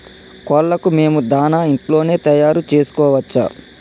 కోళ్లకు మేము దాణా ఇంట్లోనే తయారు చేసుకోవచ్చా?